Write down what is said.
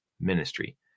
ministry